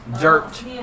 dirt